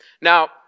Now